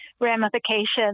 ramifications